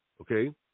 okay